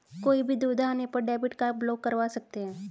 कोई भी दुविधा आने पर डेबिट कार्ड ब्लॉक करवा सकते है